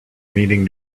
meeting